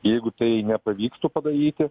jeigu tai nepavyktų padaryti